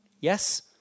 Yes